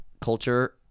culture